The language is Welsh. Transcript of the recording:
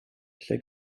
felly